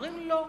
אומרים: לא.